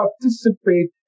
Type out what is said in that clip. participate